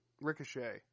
Ricochet